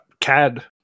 CAD